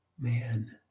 man